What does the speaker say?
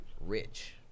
rich